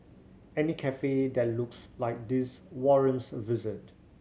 any cafe that looks like this warrants a visit